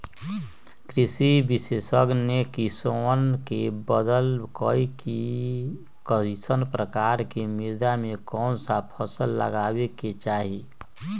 कृषि विशेषज्ञ ने किसानवन के बतल कई कि कईसन प्रकार के मृदा में कौन सा फसल लगावे के चाहि